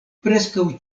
preskaŭ